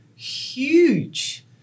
huge